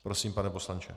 Prosím, pane poslanče.